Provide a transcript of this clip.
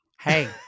Hey